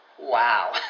Wow